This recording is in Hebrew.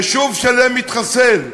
יישוב שלם מתחסל,